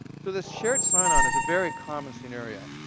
so this shared sign-on is a very common scenario.